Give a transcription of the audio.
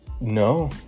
no